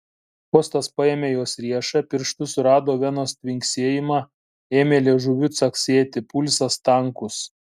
kostas paėmė jos riešą pirštu surado venos tvinksėjimą ėmė liežuviu caksėti pulsas tankus